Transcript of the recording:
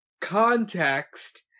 Context